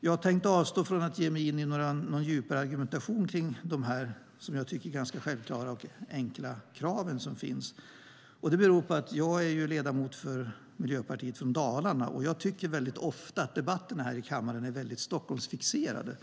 Jag tänkte avstå från att ge mig in i en djupare argumentation kring dessa som jag tycker ganska självklara och enkla krav. Det beror på att jag är ledamot för Miljöpartiet i Dalarna och rätt ofta tycker att debatten här i kammaren är väldigt Stockholmsfixerad.